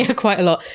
ah quite a lot!